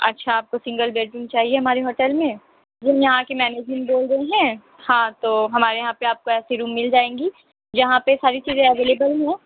اچھا آپ کو سنگل بیڈ روم چاہیے ہمارے ہوٹل میں جی ہم یہاں کے مینجمنٹ بول رہے ہیں ہاں تو ہمارے یہاں پہ آپ کو ایسی روم مل جائیں گی یہاں پہ ساری چیزیں اویلیبل ہیں